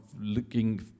looking